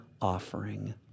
offering